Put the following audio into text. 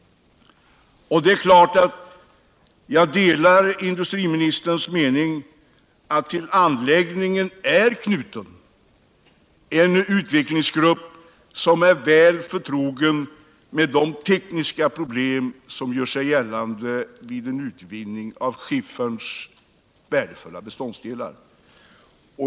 Jag vet självfallet att det är riktigt som industriministern säger att till anläggningen är knuten en utvecklingsgrupp, som är väl förtrogen med de tekniska problem som gör sig gällande vid en utvinning av skifferns värdefulla beståndsdelar.